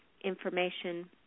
information